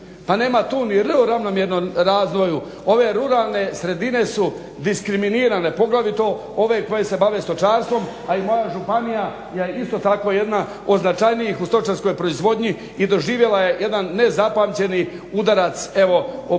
Pa nema tu ni R o ravnomjernom razvoju. Ove ruralne sredine su diskriminirane, poglavito ove koje se bave stočarstvom, a i moja županija je isto tako jedna od značajnijih u stočarskoj proizvodnji i doživjela je jedan nezapamćeni udarac evo